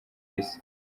isi